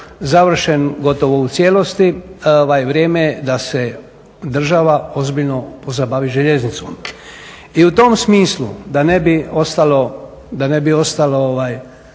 završen gotovo u cijelosti vrijeme je da sa država ozbiljno pozabavi željeznicom. I u tom smislu da ne bi ostalo